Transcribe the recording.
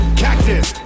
cactus